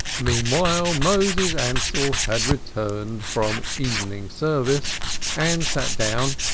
meanwhile moses ansell had returned from evening service and sat down,